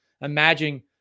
Imagine